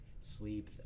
sleep